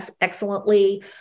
excellently